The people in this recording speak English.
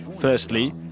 Firstly